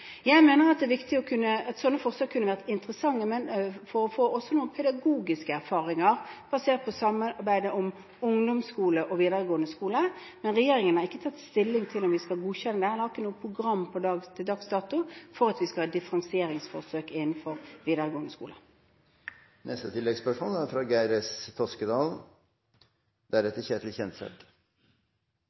Jeg mener at sånne forsøk kunne vært interessante også for å få noen pedagogiske erfaringer basert på samarbeid om ungdomsskole og videregående skole, men regjeringen har ikke tatt stilling til om vi skal godkjenne det, og har til dags dato ikke noe program for at vi skal ha differensieringsforsøk innenfor videregående skole. Geir S. Toskedal – til oppfølgingsspørsmål. Det virker som at det er